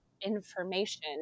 information